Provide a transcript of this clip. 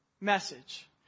message